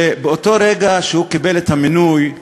שבאותו רגע שהוא קיבל את המינוי,